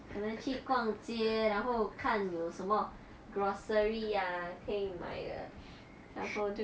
可能去逛街然后看有什么 grocery ah 可以买的然后就